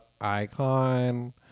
icon